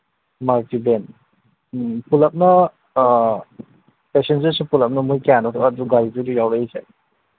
Maruti van ꯎꯝ ꯄꯨꯂꯞꯄꯅ ꯄꯦꯁꯦꯟꯖꯔꯁꯦ ꯄꯨꯂꯞꯅ ꯃꯣꯏ ꯀꯌꯥꯅꯣ ꯑꯗꯨ ꯒꯥꯔꯤꯗꯨꯗ ꯌꯥꯎꯔꯛꯏꯁꯦ